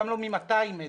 גם לא מ-200 מטר.